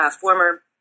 former